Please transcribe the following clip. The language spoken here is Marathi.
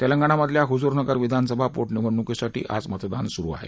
तेलंगणामधल्या हुजूर नगर विधानसभा पोटनिवडणुकीसाठीही आज मतदान सुरू आहे